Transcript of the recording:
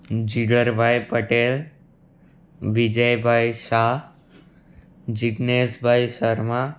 Jigarbhai Patel Vijaybhai Shah Jigneshbhai Sharma